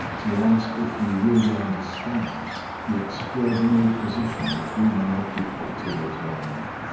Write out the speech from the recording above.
to ask if you really understand the extraordinary position which we now occupy toward one another.